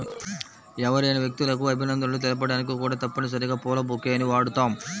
ఎవరైనా వ్యక్తులకు అభినందనలు తెలపడానికి కూడా తప్పనిసరిగా పూల బొకేని వాడుతాం